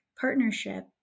partnership